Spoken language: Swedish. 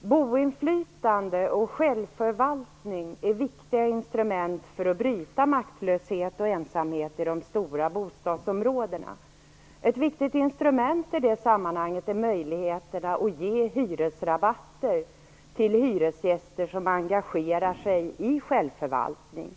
Boinflytande och självförvaltning är viktiga instrument för att bryta maktlöshet och ensamhet i de stora bostadsområdena. Ett viktigt instrument i det sammanhanget är möjligheterna att ge hyresrabatter till hyresgäster som engagerar sig i självförvaltning.